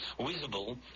visible